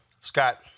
Scott